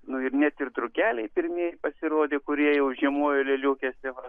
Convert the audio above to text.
nu ir net ir drugeliai pirmieji pasirodė kurie jau žiemoja lėliukėse va